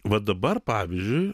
va dabar pavyzdžiui